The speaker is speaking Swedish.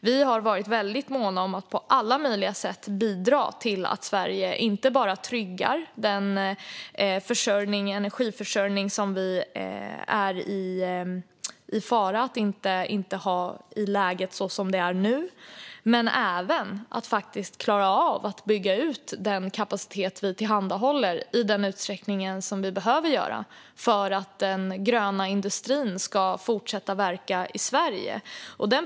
Vi har varit måna om att på alla möjliga sätt bidra till att Sverige inte bara tryggar den energiförsörjning som vi är i fara att inte ha som läget är nu utan även klarar av att bygga ut den kapacitet vi tillhandahåller i den utsträckning som behövs för att den gröna industrin ska fortsätta verka i Sverige.